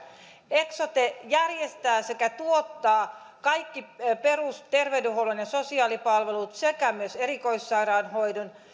eksote järjestää sekä tuottaa kaikki perusterveydenhuollon ja sosiaalipalvelut sekä myös erikoissairaanhoidon